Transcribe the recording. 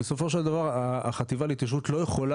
בסופו של דבר החטיבה להתיישבות לא יכולה